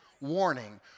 warning